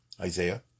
Isaiah